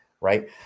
right